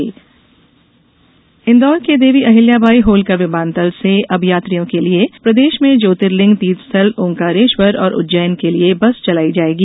विमान सुविधा इदौर के देवी अहिल्या बाई होलकर विमानतल से अब यात्रियों के लिए प्रदेश में ज्योतिर्लिंग तीर्थस्थल ओंकारेश्वर और उज्जैन के लिए बस चलाई जाएगी